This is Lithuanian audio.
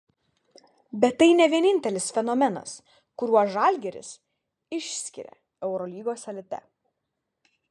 bet tai ne vienintelis fenomenas kuriuo žalgiris išskiria eurolygos elite